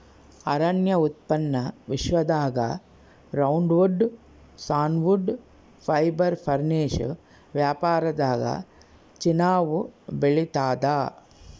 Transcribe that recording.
ಅರಣ್ಯ ಉತ್ಪನ್ನ ವಿಶ್ವದಾಗ ರೌಂಡ್ವುಡ್ ಸಾನ್ವುಡ್ ಫೈಬರ್ ಫರ್ನಿಶ್ ವ್ಯಾಪಾರದಾಗಚೀನಾವು ಬೆಳಿತಾದ